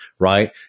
right